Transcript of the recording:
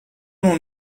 اون